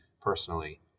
personally